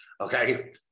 Okay